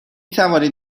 توانید